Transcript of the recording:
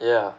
ya